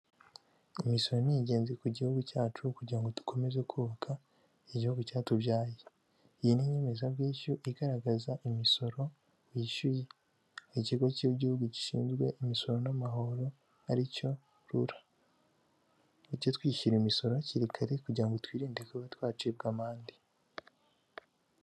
Imisoro n'ingenzi ku gihugu cyacu kugira ngo dukomeze kubaka igihugu cyatubyaye, iyi ni inyemezabwishyu igaragaza imisoro wishyuye ikigo cy'igihugu gishinzwe imisoro n'amahoro aricyo rura, tujye twishyura imisoro hakiri kare kugira twirinde kuba twacibwa amande.